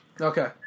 okay